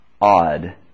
odd